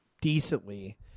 decently